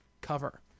cover